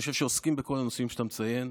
אני חושב שעוסקים בכל הנושאים שאתה מציין,